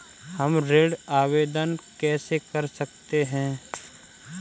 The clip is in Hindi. हम ऋण आवेदन कैसे कर सकते हैं?